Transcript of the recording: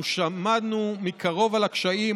אנחנו שמענו מקרוב על הקשיים,